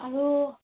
আৰু